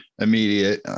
immediate